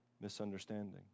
misunderstanding